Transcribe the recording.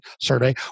survey